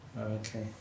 Okay